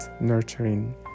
nurturing